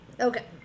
Okay